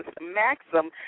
Maxim